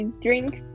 drinks